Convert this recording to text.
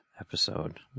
episode